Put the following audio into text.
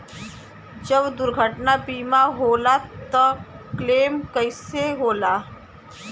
जब दुर्घटना बीमा होला त क्लेम कईसे होला?